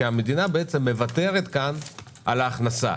כי המדינה מוותרת כאן על ההכנסה.